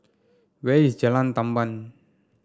where is Jalan Tamban